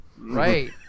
Right